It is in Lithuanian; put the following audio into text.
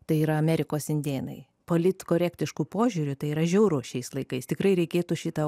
tai yra amerikos indėnai politkorektišku požiūriu tai yra žiauru šiais laikais tikrai reikėtų šitą